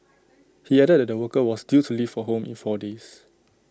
he added that the worker was due to leave for home in four days